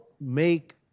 make